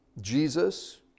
Jesus